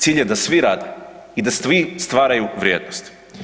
Cilj je da svi rade i da svi stvaraju vrijednost.